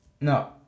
No